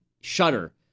shudder